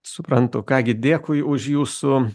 suprantu ką gi dėkui už jūsų